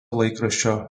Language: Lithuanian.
laikraščio